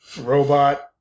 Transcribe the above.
robot